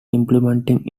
implementing